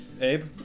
Abe